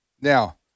Now